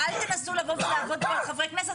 אל תנסו לבוא ולעבוד פה על חברי כנסת.